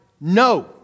No